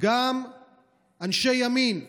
גם אנשי ימין שהעזו,